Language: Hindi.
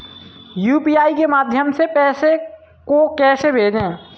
यू.पी.आई के माध्यम से पैसे को कैसे भेजें?